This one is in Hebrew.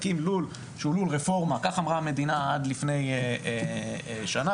עד לפני שנה.